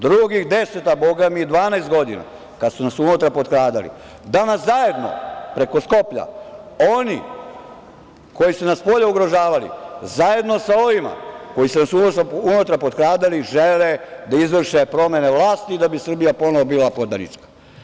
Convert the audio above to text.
Drugih 10, a bogami i 12 godina kad su nas unutar potkradali, danas zajedno preko Skoplja, oni koji su nas spolja ugrožavali zajedno sa ovima koji su nas unutar potkradali žele da izvrše promene vlasti da bi Srbija ponovo bila podanička.